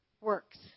works